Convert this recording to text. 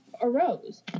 arose